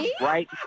Right